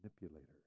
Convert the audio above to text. manipulator